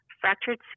fractured